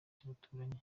by’abaturanyi